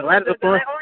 سوارِ زٕ پٲنٛژھ